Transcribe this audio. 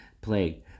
plague